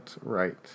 right